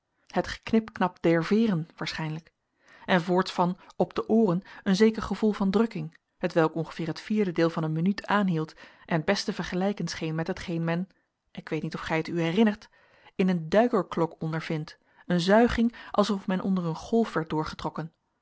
het geknipknap der veeren waarschijnlijk en voorts van op de ooren een zeker gevoel van drukking hetwelk ongeveer het vierde deel van een minuut aanhield en best te vergelijken scheen met hetgeen men ik weet niet of gij het u herinnert in een duikerklok ondervindt een zuiging alsof men onder een golf werd doorgetrokken